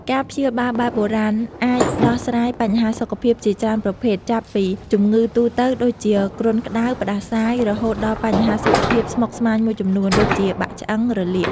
ការព្យាបាលបែបបុរាណអាចដោះស្រាយបញ្ហាសុខភាពជាច្រើនប្រភេទ ចាប់ពីជំងឺទូទៅ ដូចជាគ្រុនក្ដៅ ផ្ដាសាយ រហូតដល់បញ្ហាសុខភាពស្មុគស្មាញមួយចំនួន ដូចជាបាក់ឆ្អឹង រលាក។